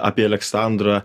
apie aleksandrą